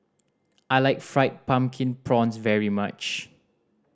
I like Fried Pumpkin Prawns very much